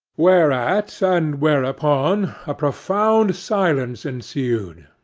whereat, and whereupon, a profound silence ensued,